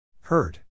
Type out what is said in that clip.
Hurt